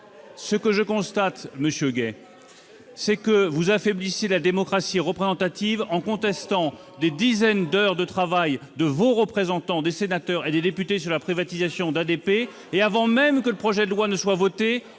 Ce que je constate, monsieur Gay, c'est que vous affaiblissez la démocratie représentative en contestant les dizaines d'heures de travail de nos représentants- sénateurs et députés -sur la privatisation d'ADP et, avant même que le projet de loi ne soit voté,